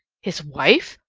his wife!